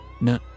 No